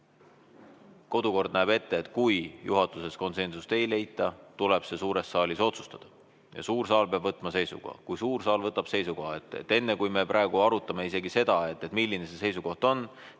Kodukord näeb ette, et kui juhatuses konsensust ei leita, tuleb see suures saalis otsustada. Suur saal peab võtma seisukoha. Kui suur saal võtab seisukoha ... Enne, kui me praegu arutame isegi seda, milline see seisukoht on,